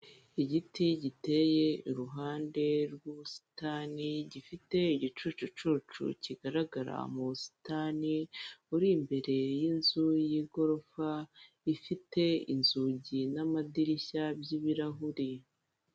Igiti giteye iruhande rw'ubusitani, gifite igicucucu kigaragara mu busitani buri imbere y'inzu y'igorofa, ifite inzugi n'amadirishya by'ibirahuri.